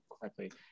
correctly